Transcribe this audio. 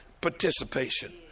participation